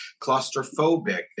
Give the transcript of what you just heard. claustrophobic